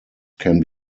can